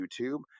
YouTube